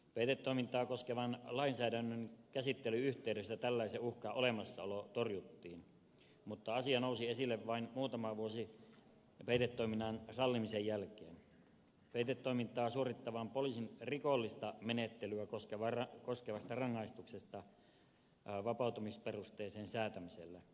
peitetoimintaa koskevan lainsäädännön käsittelyn yhteydessä tällaisen uhkan olemassaolo torjuttiin mutta asia nousi esille vain muutama vuosi peitetoiminnan sallimisen jälkeen peitetoimintaa suorittavan poliisin rikollista menettelyä koskevasta rangaistuksesta vapautumisperusteeseen säätämisellä